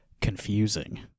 confusing